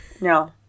No